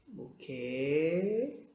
Okay